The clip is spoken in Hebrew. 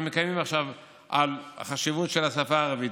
מקיימים עכשיו על החשיבות של השפה הערבית,